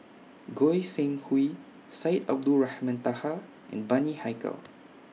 Goi Seng Hui Syed Abdulrahman Taha and Bani Haykal